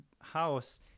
house